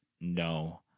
no